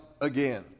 again